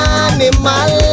animal